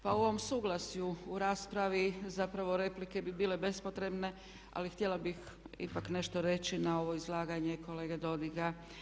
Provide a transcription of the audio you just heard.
Pa u ovom suglasju u raspravi zapravo replike bi bile bespotrebne ali htjela bih ipak nešto reći na ovo izlaganje kolege Dodiga.